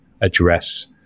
address